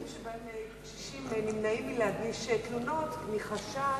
יש מקרים שבהם קשישים נמנעים מלהגיש תלונות מחשש,